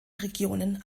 regionen